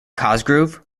cosgrove